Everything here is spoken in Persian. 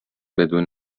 بدون